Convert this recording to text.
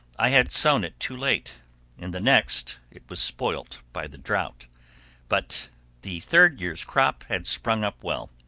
i had sown it too late in the next, it was spoilt by the drought but the third years' crop had sprung up well.